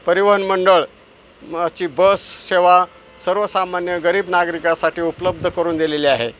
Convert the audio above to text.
परिवहनमंडळ नावाची बससेवा सर्वसामान्य गरीब नागरिकासाठी उपलब्ध करून दिलेली आहे